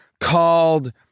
called